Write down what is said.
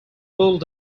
little